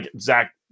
Zach